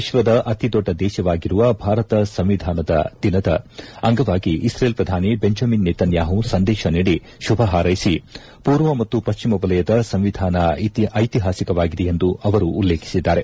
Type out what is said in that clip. ವಿಶ್ವದ ಅತಿದೊಡ್ಡ ದೇಶವಾಗಿರುವ ಭಾರತದ ಸಂವಿಧಾನದ ದಿನದ ಅಂಗವಾಗಿ ಇಕ್ರೇಲ್ ಪ್ರಧಾನಿ ಬೆಂಜಮಿನ್ ನೇತನ್ವಾಹು ಸಂದೇತ ನೀಡಿ ಶುಭ ಹಾರ್ಯೆಸಿ ಪೂರ್ವ ಮತ್ತು ಪಶ್ಚಿಮ ವಲಯದ ಸಂವಿಧಾನ ಐತಿಹಾಸಿಕವಾಗಿದೆ ಎಂದು ಅವರು ಉಲ್ಲೇಖಿಸಿದ್ದಾರೆ